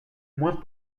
moins